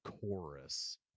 chorus